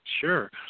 Sure